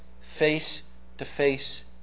face-to-face